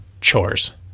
chores